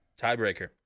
tiebreaker